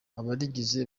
abarigize